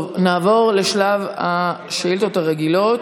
נעבור לשלב השאילתות הרגילות.